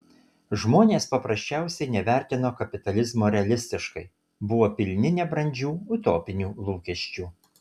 žmonės paprasčiausiai nevertino kapitalizmo realistiškai buvo pilni nebrandžių utopinių lūkesčių